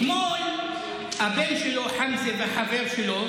אתמול הבן שלו חמזה וחבר שלו